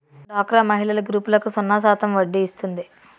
డోక్రా మహిళల గ్రూపులకు సున్నా శాతం వడ్డీ ఇస్తుంది